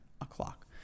o'clock